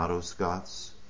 Scott's